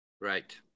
Right